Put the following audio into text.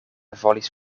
volis